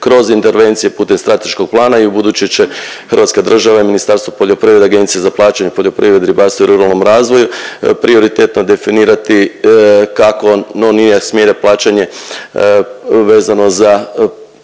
Kroz intervencije putem strateškog plana i ubuduće će Hrvatska država i Ministarstvo poljoprivrede, Agencija za plaćanje u poljoprivredi, ribarstvu i ruralnom razvoju prioritetno definirati kako no nije, smjer je plaćanje vezano za mlada poljoprivredna